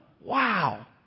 wow